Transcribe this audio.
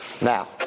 now